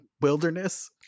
wilderness